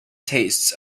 tastes